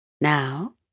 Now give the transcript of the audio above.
Now